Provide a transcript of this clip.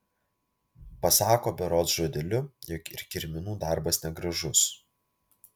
pasako berods žodeliu jog ir kirminų darbas negražus